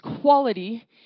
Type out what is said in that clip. quality